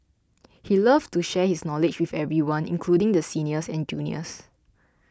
he loved to share his knowledge with everyone including the seniors and juniors